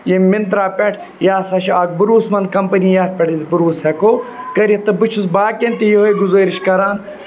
ییٚمہِ مِنترٛا پٮ۪ٹھ یہِ ہسا چھِ اکھ بٔروسہٕ مَنٛد کَمپٔنی یَتھ پٮ۪ٹھ أسۍ بٔروسہٕ ہٮ۪کو کٔرِتھ تہٕ بہٕ چھِس باقیَن تہِ یِہوٚے گُزٲرِش کران